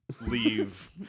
leave